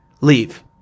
leave